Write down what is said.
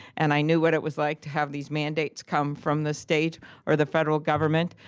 and i knew what it was like to have these mandates come from the state or the federal government.